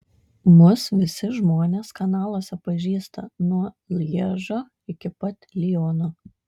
mus visi žmonės kanaluose pažįsta nuo lježo iki pat liono